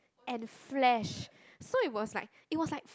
and flesh so it was like it was like